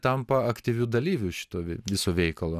tampa aktyviu dalyviu šito vi viso veikalo